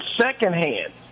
secondhand